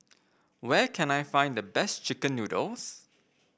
where can I find the best chicken noodles